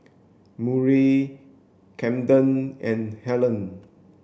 Murry Camden and Hellen